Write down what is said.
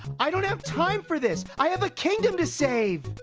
i don't have time for this. i have a kingdom to save.